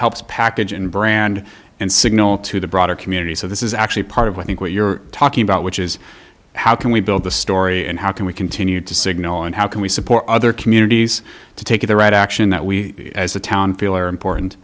helps package in brand and signal to the broader community so this is actually part of what think what you're talking about which is how can we build the story and how can we continue to signal and how can we support other communities to take the right action that we as a town feel are important